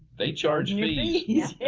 they charge and yeah fees.